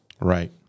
Right